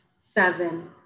seven